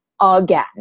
again